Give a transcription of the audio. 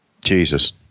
Jesus